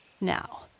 Now